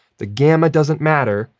the gamma doesn't matter.